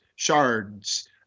shards